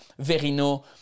Verino